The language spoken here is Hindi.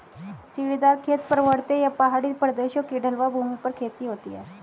सीढ़ीदार खेत, पर्वतीय या पहाड़ी प्रदेशों की ढलवां भूमि पर खेती होती है